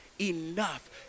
enough